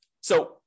So-